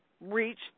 reach